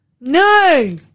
No